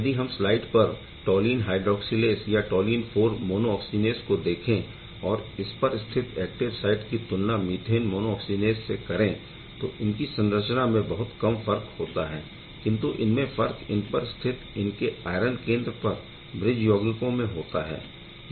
यदि हम स्लाइड पर टॉलीन हाइड्रौक्सिलेस या टॉलीन 4 मोनोऑक्सीजिनेस को देखें और इसपर स्थित एक्टिव साइट की तुलना मीथेन मोनोऑक्सीजिनेस से करें तो इनकी संरचना में बहुत कम फर्क होता है किंतु इनमें फर्क इनपर स्थित इनके आयरन केंद्र पर ब्रिज यौगिकों में होता है